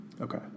Okay